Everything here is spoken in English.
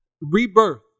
Rebirth